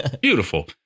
beautiful